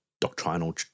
doctrinal